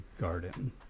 garden